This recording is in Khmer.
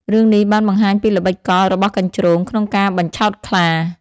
រឿងនេះបានបង្ហាញពីល្បិចកលរបស់កញ្ជ្រោងក្នុងការបញ្ឆោតខ្លា។